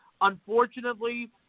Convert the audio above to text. unfortunately